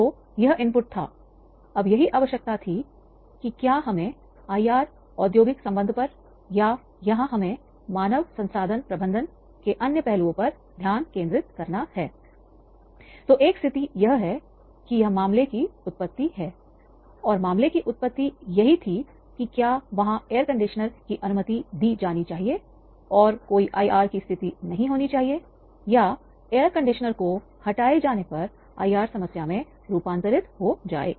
तो यह इनपुट था अब यही आवश्यकता थी कि क्या हमें आईआर औद्योगिक संबंध पर या यहां हमें मानव संसाधन प्रबंधन समस्या में रूपांतरित हो जाएं